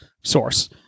source